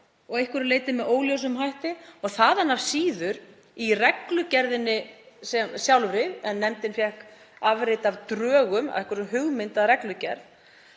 að einhverju leyti með óljósum hætti, og þaðan af síður í reglugerðinni sjálfri, en nefndin fékk afrit af drögum að hugmynd að reglugerð